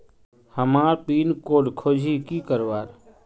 हमार pin code खोजोही की करवार?